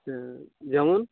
আচ্ছা যেমন